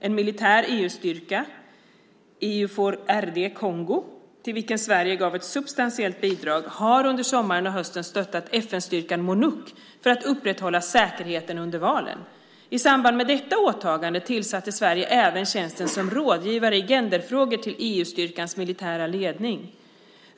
En militär EU-styrka, Eufor RD Congo, till vilken Sverige gav ett substantiellt bidrag, har under sommaren och hösten stöttat FN-styrkan Monuc för att upprätthålla säkerheten under valen. I samband med detta åtagande tillsatte Sverige även tjänsten som rådgivare i genderfrågor till EU-styrkans militära ledning.